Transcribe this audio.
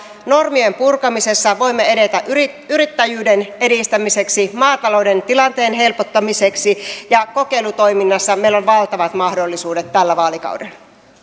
normien purkamisessa voimme edetä yrittäjyyden yrittäjyyden edistämiseksi maatalouden tilanteen helpottamiseksi ja kokeilutoiminnassa meillä on valtavat mahdollisuudet tällä vaalikaudella